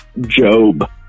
Job